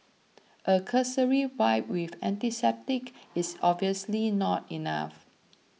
a cursory wipe with antiseptic is obviously not enough